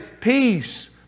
peace